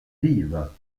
vives